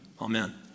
Amen